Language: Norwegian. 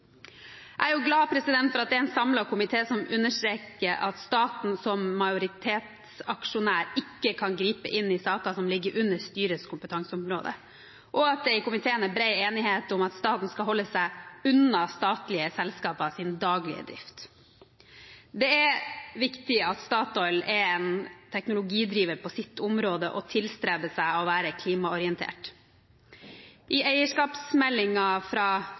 Jeg er glad for at det er en samlet komité som understreker at staten som majoritetsaksjonær ikke kan gripe inn i saker som ligger under styrets kompetanseområde, og at det i komiteen er bred enighet om at staten skal holde seg unna statlige selskapers daglige drift. Det er viktig at Statoil er en teknologidriver på sitt område og tilstreber å være klimaorientert. I eierskapsmeldingen fra